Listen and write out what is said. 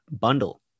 bundle